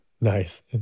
Nice